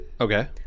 Okay